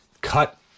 cut